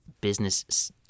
business